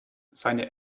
seine